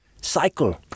cycle